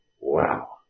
Wow